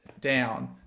down